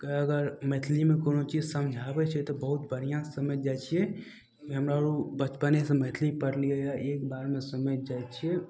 केओ अगर मैथिलीमे कोनो चीज समझाबय छियै तऽ बहुत बढ़िआँसँ समझि जाइ छियै हमरा आर उ बचपनेसँ मैथिली पढ़लियै एकबारमे समझि जाइ छियै